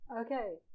Okay